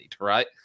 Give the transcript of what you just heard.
right